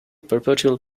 perpetual